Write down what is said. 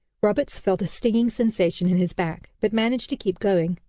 roberts felt a stinging sensation in his back, but managed to keep going.